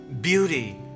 beauty